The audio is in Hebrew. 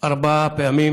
ארבע פעמים